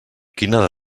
quina